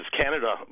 Canada